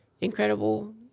incredible